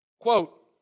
Quote